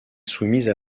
soumise